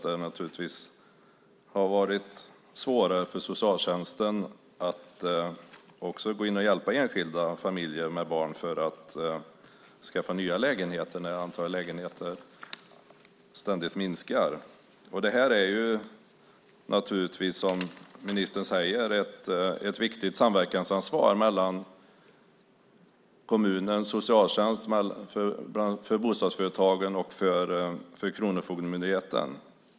Det har varit svårare för socialtjänsten att hjälpa enskilda familjer med barn att skaffa nya lägenheter när antalet lägenheter ständigt minskar. Här finns, som ministern säger, ett viktigt samverkansansvar mellan kommunens socialtjänst, bostadsföretagen och Kronofogdemyndigheten.